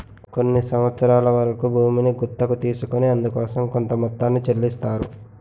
కొన్ని సంవత్సరాల వరకు భూమిని గుత్తకు తీసుకొని అందుకోసం కొంత మొత్తాన్ని చెల్లిస్తారు